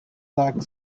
flag